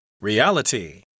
Reality